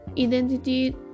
identity